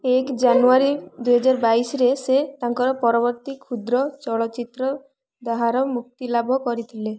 ଏକ ଜାନୁୟାରୀ ଦୁଇହଜାର ବାଇଶିରେ ସେ ତାଙ୍କର ପରବର୍ତ୍ତୀ କ୍ଷୁଦ୍ର ଚଳଚ୍ଚିତ୍ର ଦାହର ମୁକ୍ତିଲାଭ କରିଥିଲେ